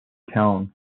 town